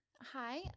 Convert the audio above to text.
Hi